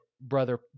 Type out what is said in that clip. Brother